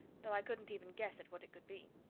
though i couldn't even guess at what it could be.